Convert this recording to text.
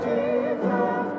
Jesus